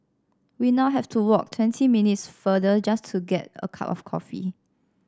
we now have to walk twenty minutes farther just to get a cup of coffee